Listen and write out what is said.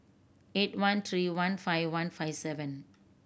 eight one three one five one five seven